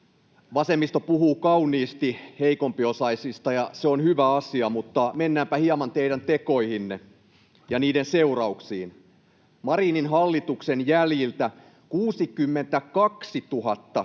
Vasemmisto puhuu kauniisti heikompiosaisista, ja se on hyvä asia, mutta mennäänpä hieman teidän tekoihinne ja niiden seurauksiin. Marinin hallituksen jäljiltä 62 000